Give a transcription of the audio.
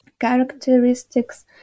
characteristics